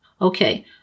Okay